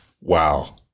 Wow